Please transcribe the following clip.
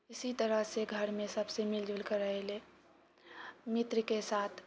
इसी तरहसँ घरमे सबसँ मिलिजुलि कऽ रहेले मित्रके साथ